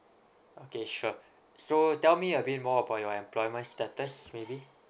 okay sure so tell me a bit more about your employment starters maybe